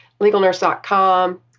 LegalNurse.com